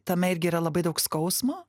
tame irgi yra labai daug skausmo